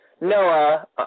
Noah